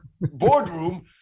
boardroom